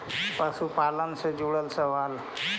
पशुपालन से जुड़ल सवाल?